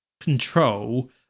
control